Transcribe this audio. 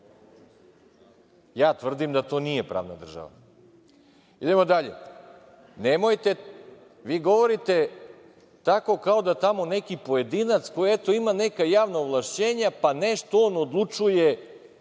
Ja tvrdim da to nije pravna država. Idemo dalje, vi govorite tako kao da tamo neki pojedinac, koji eto ima neka javna ovlašćenja pa nešto on odlučuje